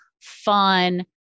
fun